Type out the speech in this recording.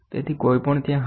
તેથી કોઈપણ ત્યાં હશે